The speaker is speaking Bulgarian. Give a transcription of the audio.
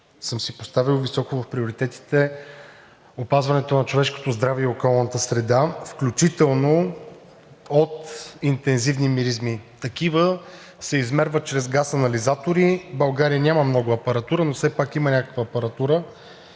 съм си поставил високо в приоритетите опазването на човешкото здраве и околната среда, включително от интензивни миризми. Такива се измерват чрез газанализатори. В България няма много апаратура, но все пак има някаква апаратура